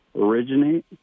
originate